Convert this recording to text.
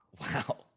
Wow